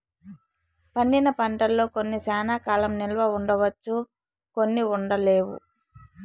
పండిన పంటల్లో కొన్ని శ్యానా కాలం నిల్వ ఉంచవచ్చు కొన్ని ఉండలేవు